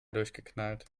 durchgeknallt